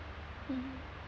um